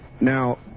Now